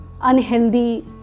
unhealthy